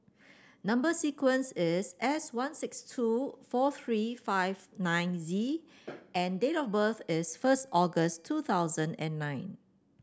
number sequence is S one six two four three five nine Z and date of birth is first August two thousand and nine